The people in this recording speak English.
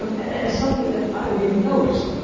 um and that is something that i really noticed.